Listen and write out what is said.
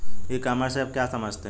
ई commerce से आप क्या समझते हैं?